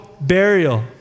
burial